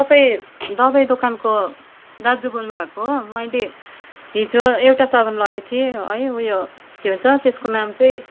तपाईँ दबाई दोकानको दाजु बोल्नु भएको हो मैले हिजो एउटा साबुन लगेको थिएँ है उयो के भन्छ त्यसको नाम चाहिँ